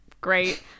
great